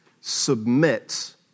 submit